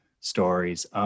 stories